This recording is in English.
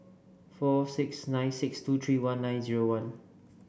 four six nine six two three one nine zero one